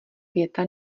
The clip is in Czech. věta